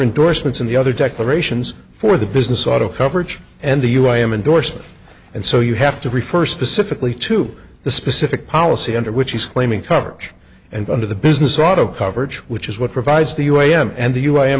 indorsements and the other declarations for the business auto coverage and the u i i'm indorsement and so you have to refer specifically to the specific policy under which he's claiming coverage and under the business auto coverage which is what provides the you am and the you i am